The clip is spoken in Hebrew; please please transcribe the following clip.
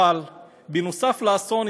אבל נוסף על האסון,